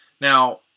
Now